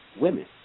women